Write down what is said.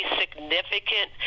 significant